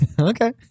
Okay